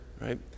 right